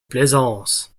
plaisance